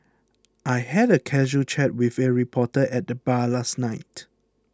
I had a casual chat with a reporter at the bar last night